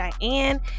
Diane